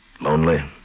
lonely